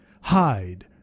hide